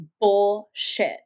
bullshit